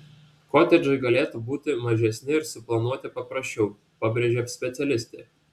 kotedžai galėtų būti mažesni ir suplanuoti paprasčiau pabrėžia specialistė